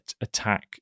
attack